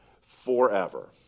forever